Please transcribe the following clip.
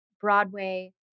Broadway